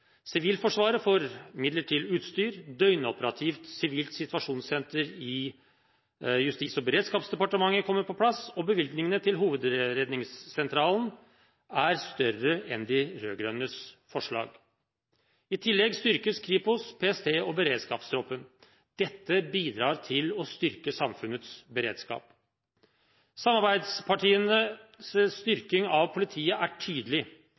Sivilforsvaret får midler til utstyr, døgnoperativt sivilt situasjonssenter i Justis- og beredskapsdepartementet kommer på plass, og bevilgningene til Hovedredningssentralen er større enn de rød-grønnes forslag. I tillegg styrkes Kripos, PST og beredskapstroppen. Dette bidrar til å styrke samfunnets beredskap. Samarbeidspartienes styrking av politiet er tydelig.